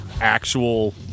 actual